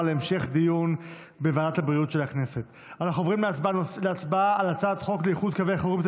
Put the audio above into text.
להעביר את הצעת חוק לאיחוד מוקדי החירום הרפואיים